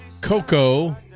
Coco